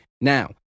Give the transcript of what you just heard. Now